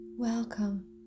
Welcome